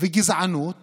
וגזענות